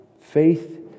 Faith